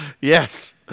Yes